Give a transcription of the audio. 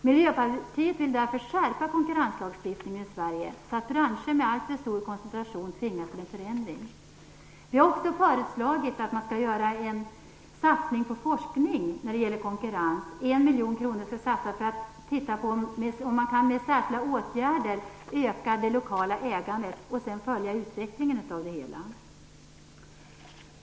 Miljöpartiet vill därför skärpa konkurrenslagstiftningen i Sverige, så att branscher med alltför stor koncentration tvingas till förändring. Vi har också föreslagit att man skall göra en satsning på forskning om konkurrens. 1 miljon kronor skall satsas för att se om man med särskilda åtgärder kan öka det lokala ägandet och sedan följa utvecklingen av det hela.